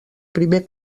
primer